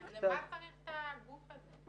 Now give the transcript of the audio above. אז למה צריך את הגוף הזה?